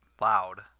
loud